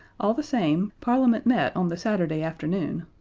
all the same, parliament met on the saturday afternoon,